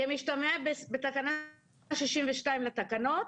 כמשתמע בתקנה 62 לתקנות,